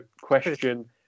question